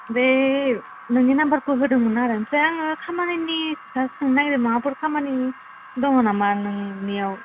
बे नोंनि नाम्बारखौ होदोंमोन आरो ओमफ्राय आं खामानिनि सोंनो नागिरदोंमोन माबाफोर खामानि दङ नामा नोंनियाव